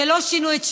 שלא שינו את שמם,